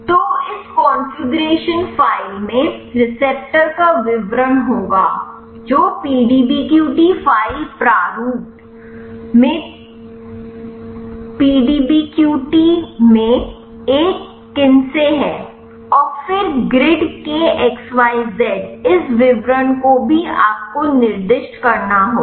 तो इस configuration file में रिसेप्टर का विवरण होगा जो PDBQT फ़ाइल प्रारूप में PDBQT में एक किनसे है और फिर ग्रिड के xyz इस विवरण को भी आपको निर्दिष्ट करना होगा